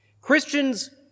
Christians